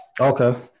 Okay